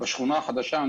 בשכונה החדשה.